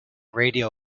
radio